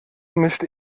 mischt